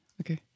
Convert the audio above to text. Okay